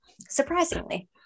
surprisingly